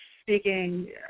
speaking